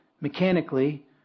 mechanically